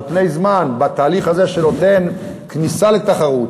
על פני זמן, בתהליך הזה שנותן כניסה לתחרות,